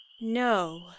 No